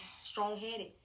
Strong-headed